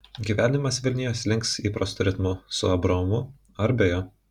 gyvenimas vilniuje slinks įprastu ritmu su abraomu ar be jo